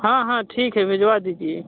हाँ हाँ ठीक है भिजवा दीजिए